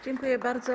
Dziękuję bardzo.